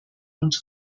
und